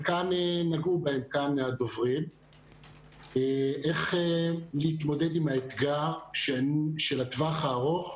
מהדוברים נגעו בהן איך להתמודד עם האתגר של הטווח הארוך.